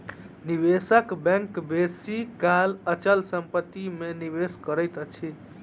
निवेशक बैंक बेसी काल अचल संपत्ति में निवेश करैत अछि